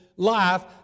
life